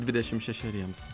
dvidešimt šešeriems